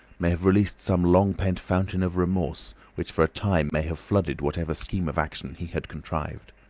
may have released some long pent fountain of remorse which for a time may have flooded whatever scheme of action he had contrived.